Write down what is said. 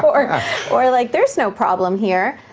or or like, there's no problem here,